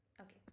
Okay